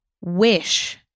wish